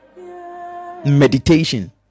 Meditation